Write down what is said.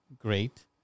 great